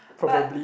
but